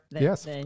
Yes